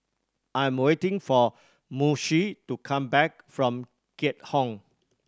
I am waiting for Moshe to come back from Keat Hong